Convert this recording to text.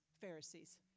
Pharisees